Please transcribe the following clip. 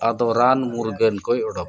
ᱟᱫᱚ ᱨᱟᱱ ᱢᱩᱨᱜᱟᱹᱱ ᱠᱚᱭ ᱚᱰᱚᱠᱟ